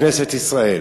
בכנסת ישראל,